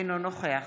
אינו נוכח